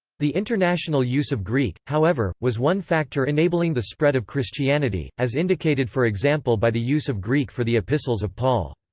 the international use of greek, however, was one factor enabling the spread of christianity, as indicated for example by the use of greek for the epistles of paul.